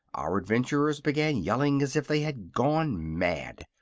our adventurers began yelling as if they had gone mad.